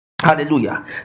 hallelujah